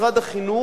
משרד החינוך,